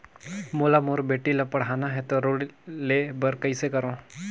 मोला मोर बेटी ला पढ़ाना है तो ऋण ले बर कइसे करो